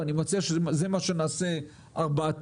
ואני מציע שזה מה שנעשה ארבעתנו,